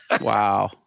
wow